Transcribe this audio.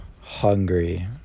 hungry